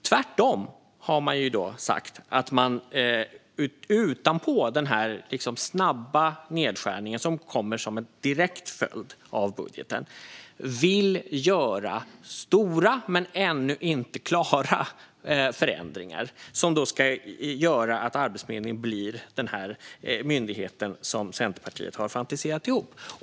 Tvärtom har man sagt att man utanpå den snabba nedskärningen som kommer som en direkt följd av budgeten vill göra stora men ännu inte klara förändringar som ska göra att Arbetsförmedlingen blir den myndighet som Centerpartiet har fantiserat ihop.